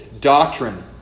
doctrine